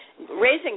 raising